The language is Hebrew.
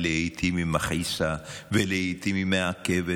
ולעיתים היא מכעיסה ולעיתים היא מעכבת